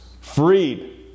freed